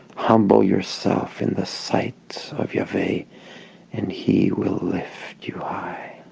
humble yourself in the sights of yhvh and he will lift you high.